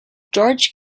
george